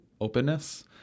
openness